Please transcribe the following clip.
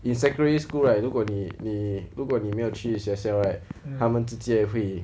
in secondary school right 如果你你如果你没有去学校 right 他们直接会